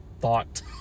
thought